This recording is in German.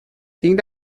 ging